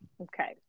Okay